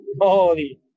Holy